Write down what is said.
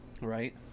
Right